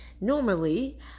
normally